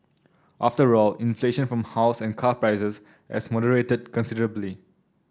after all inflation from house and car prices has moderated considerably